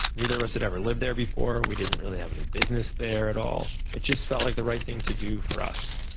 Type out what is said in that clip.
neither of us had ever lived there before. we didn't really have any business there at all. it just felt like the right thing to do for us.